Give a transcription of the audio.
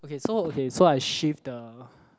okay so okay so I shift the